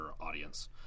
audience